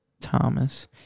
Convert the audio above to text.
Thomas